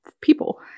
people